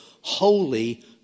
holy